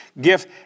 gift